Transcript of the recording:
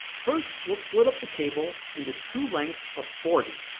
first we'll split up the cable into two lengths of forty